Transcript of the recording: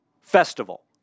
festival